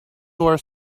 were